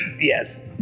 yes